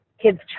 kids